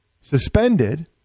suspended